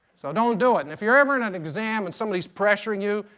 so don't do it. and if you're ever in an exam and somebody's pressuring you,